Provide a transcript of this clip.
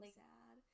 sad